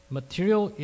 material